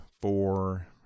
four